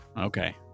Okay